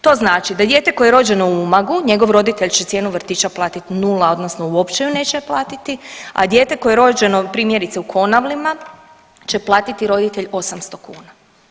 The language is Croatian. To znači da dijete koje je rođeno u Umagu, njegov roditelj će cijenu vrtića platiti nula, odnosno uopće ju neće platiti, a dijete koje je rođeno, primjerice, u Konavlima, će platiti roditelj 800 kuna.